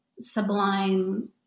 sublime